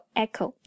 echo